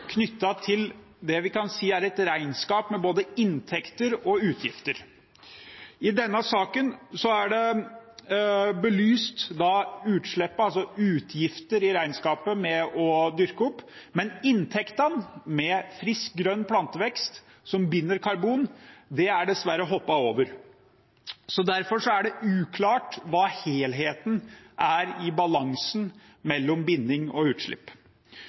et regnskap med både inntekter og utgifter. I denne saken har man da belyst utslipp, altså utgifter i regnskapet med å dyrke opp, men inntektene – med frisk, grønn plantevekst som binder karbon – er dessverre hoppet over. Så derfor er det uklart hva som er helheten i balansen mellom binding og utslipp.